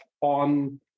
on